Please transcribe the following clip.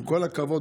עם כל הכבוד,